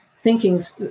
thinking's